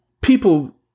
people